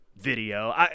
video